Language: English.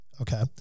Okay